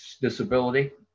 disability